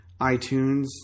iTunes